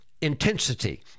intensity